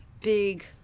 big